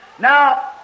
Now